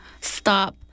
stop